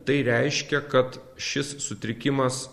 tai reiškia kad šis sutrikimas